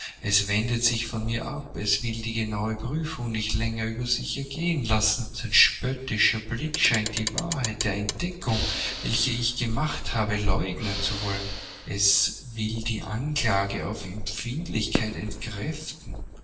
es wendet sich von mir ab es will die genaue prüfung nicht länger über sich ergehen lassen sein spöttischer blick scheint die wahrheit der entdeckungen welche ich gemacht habe leugnen zu wollen es will die anklage auf empfindlichkeit entkräften